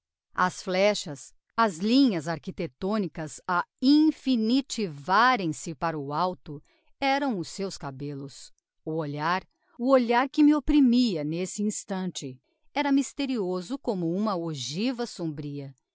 as flexas as linhas architectonicas a infinitivarem se para o alto eram os seus cabellos o olhar o olhar que me opprimia n'esse instante era mysterioso como uma ogiva sombria